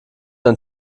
dein